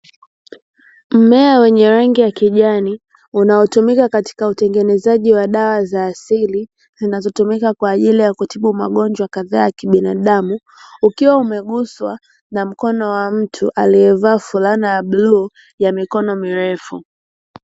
Mmea wenye rangi ya kijani, unaotumika katika utengenezwaji wa dawa za asili zinazotumika kwa ajili ya kutibu magonjwa kadhaa ya kibinadamu, ukiwa umeguswa na mkono wa mtu aliyevaa fulana ya bluu ya mikono mirefu.